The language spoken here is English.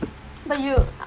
but you